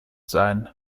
sein